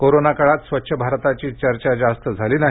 corona काळात स्वच्छ भारताची चर्चा जास्त झाली नाही